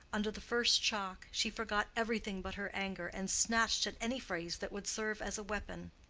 under the first shock she forgot everything but her anger, and snatched at any phrase that would serve as a weapon.